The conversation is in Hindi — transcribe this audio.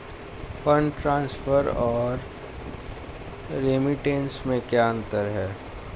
फंड ट्रांसफर और रेमिटेंस में क्या अंतर है?